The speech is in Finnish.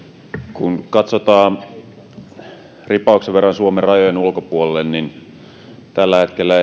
kun katsotaan ripauksen verran suomen rajojen ulkopuolelle niin tällä hetkellä